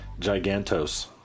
Gigantos